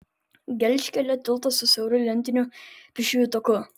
gelžkelio tiltas su siauru lentiniu pėsčiųjų taku